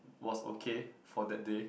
was okay for that day